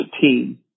team